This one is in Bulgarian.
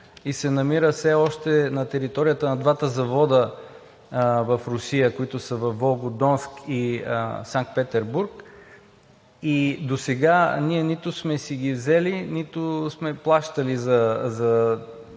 и се намира все още на територията на двата завода в Русия, които са във Волгодонск и Санкт Петербург. Досега ние нито сме си ги взели, нито сме плащали за